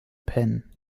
pen